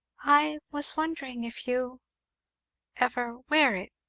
i was wondering if you ever wear it,